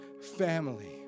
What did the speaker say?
family